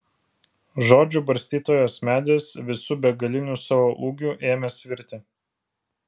žodžių barstytojos medis visu begaliniu savo ūgiu ėmė svirti